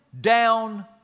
down